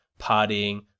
partying